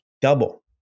Double